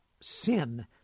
sin